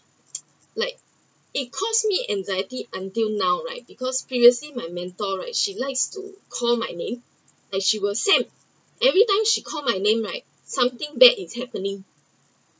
like it caused me anxiety until now right because previously my mentor right she likes to call my name and she will sam every time she called my name right something bad is happening